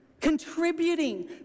contributing